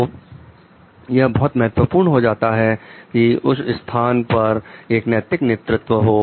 तो यह बहुत महत्वपूर्ण हो जाता है कि उस स्थान पर एक नैतिक नेतृत्व हो